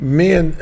men